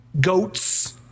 goats